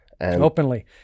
openly